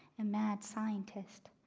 and mad scientist,